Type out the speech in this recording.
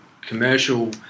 commercial